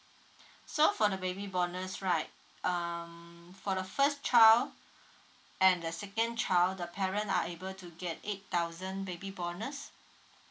so for the baby bonus right um for the first child and the second child the parent are able to get eight thousand baby bonus